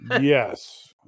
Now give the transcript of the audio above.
Yes